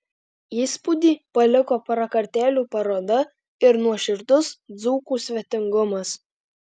įspūdį paliko prakartėlių paroda ir nuoširdus dzūkų svetingumas